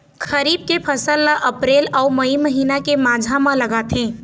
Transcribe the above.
खरीफ के फसल ला अप्रैल अऊ मई महीना के माझा म लगाथे